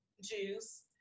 juice